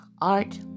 Art